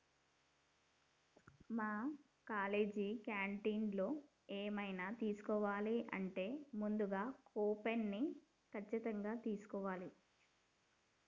మా కాలేజీ క్యాంటీన్లో ఎవైనా తీసుకోవాలంటే ముందుగా కూపన్ని ఖచ్చితంగా తీస్కోవాలే